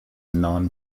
non